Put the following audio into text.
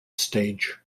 stage